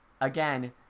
again